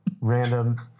random